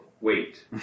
wait